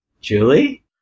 Julie